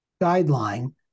guideline